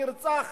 נרצח